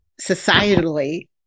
societally